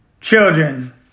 Children